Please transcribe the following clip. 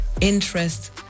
interest